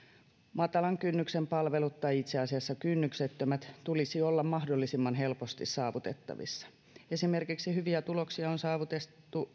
matalan kynnyksen palveluiden tai itse asiassa kynnyksettömien tulisi olla mahdollisimman helposti saavutettavissa esimerkiksi eksotessa hyviä tuloksia on saavutettu